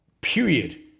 Period